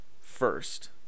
first